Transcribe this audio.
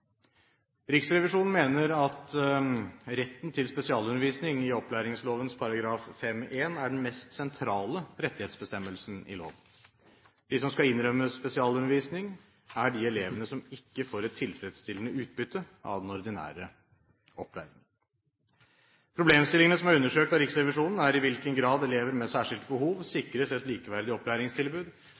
Riksrevisjonen mener at retten til spesialundervisning i opplæringsloven § 5-1 er den mest sentrale rettighetsbestemmelsen i loven. De som skal innrømmes spesialundervisning, er de elevene som ikke får et tilfredsstillende utbytte av den ordinære opplæringen. Problemstillingene som er undersøkt av Riksrevisjonen, er i hvilken grad elever med særskilte behov sikres et likeverdig opplæringstilbud,